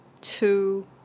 two